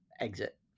exit